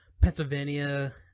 Pennsylvania